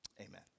Amen